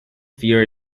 fear